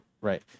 Right